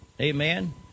Amen